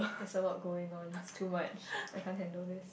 there's a lot going on it's too much I can't handle this